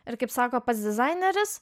ir kaip sako pats dizaineris